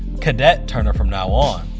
cadet turner from now on!